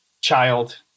child